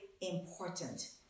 important